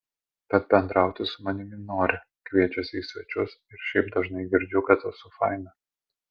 bet bendrauti su manimi nori kviečiasi į svečius ir šiaip dažnai girdžiu kad esu faina